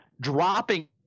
dropping